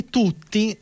tutti